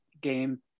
game